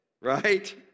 right